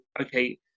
okay